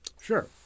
Sure